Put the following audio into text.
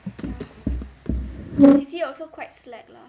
my C_C_A also quite slack lah